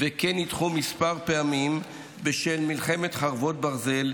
וכן נדחו כמה פעמים בשל במלחמת חרבות ברזל,